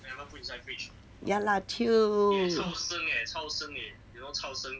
ya lah chill